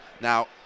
Now